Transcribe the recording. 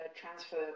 transfer